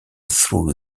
through